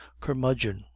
curmudgeon